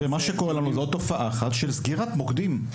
ומה שקורה לנו זו תופעה של סגירת מוקדים,